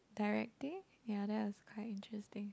directing ya that was quite interesting